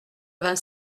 vingt